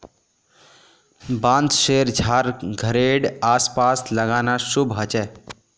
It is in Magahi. बांसशेर झाड़ घरेड आस पास लगाना शुभ ह छे